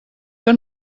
que